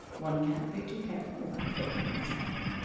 one can't be too careful about clothing one's heroine.